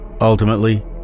ultimately